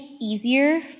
easier